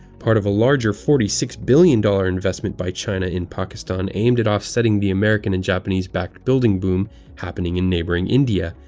part of a larger forty six billion dollars investment by china in pakistan aimed at offsetting the american and japanese-backed building boom happening in neighboring india,